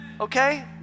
Okay